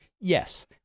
Yes